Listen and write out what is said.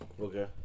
Okay